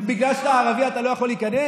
בגלל שאתה ערבי אתה לא יכול להיכנס?